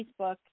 Facebook